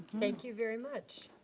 thank you very much.